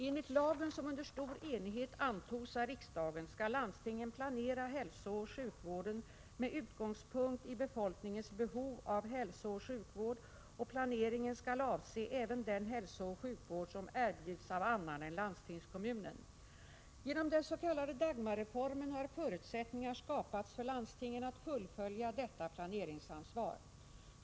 Enligt lagen, som under stor enighet antogs av riksdagen, skall landstingen planera hälsooch sjukvården med utgångspunkt i befolkningens behov av hälsooch sjukvård och planeringen skall avse även den hälsooch sjukvård som erbjuds av annan än landstingskommunen. Genom den s.k. Dagmarreformen har förutsättningar skapats för landstingen att fullfölja detta planeringsansvar.